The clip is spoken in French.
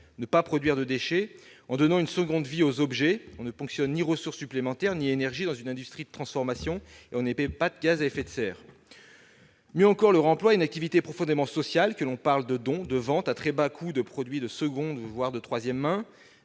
ne pas produire de déchets. En donnant une seconde vie aux objets, on ne ponctionne ni ressources supplémentaires ni énergie dans une industrie de transformation, et on n'émet pas de gaz à effet de serre. Mieux encore, le réemploi est une activité profondément sociale. Que l'on parle de dons, de vente à très bas coût de produits de seconde, voire de troisième main,